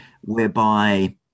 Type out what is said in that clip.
whereby